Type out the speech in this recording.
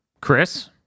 Chris